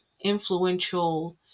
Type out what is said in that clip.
influential